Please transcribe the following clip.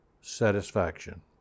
satisfaction